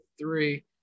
three